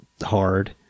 hard